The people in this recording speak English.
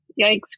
Yikes